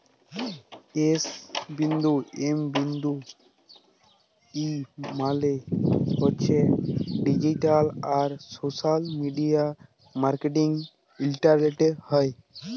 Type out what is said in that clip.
S বিন্দু M বিন্দু E মালে হছে ডিজিট্যাল আর সশ্যাল মিডিয়া মার্কেটিং ইলটারলেটে হ্যয়